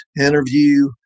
interview